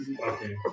Okay